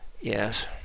Yes